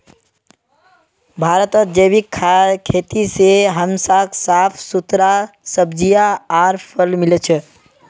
भारतत जैविक खेती से हमसाक साफ सुथरा सब्जियां आर फल मिल छ